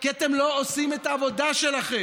כי אתם לא עושים את העבודה שלכם.